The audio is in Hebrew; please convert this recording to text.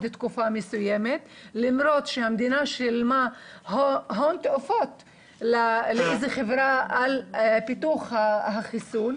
תקופה מסוימת למרות שהמדינה שילמה הון תועפות לחברה על פיתוח החיסון.